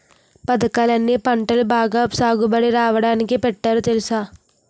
పదకాలన్నీ పంటలు బాగా సాగుబడి రాడానికే పెట్టారు తెలుసా?